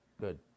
good